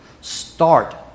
Start